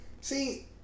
See